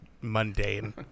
mundane